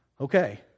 okay